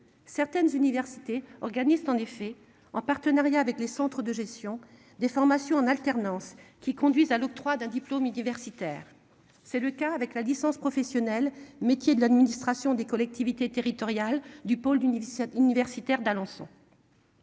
Certaines universités organisent en effet en partenariat avec les centres de gestion des formations en alternance qui conduisent à l'octroi d'un diplôme universitaire. C'est le cas avec la licence professionnelle métiers de l'administration, des collectivités territoriales du pôle universitaire